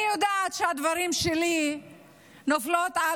אני יודעת שהדברים שלי נופלים על